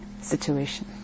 situation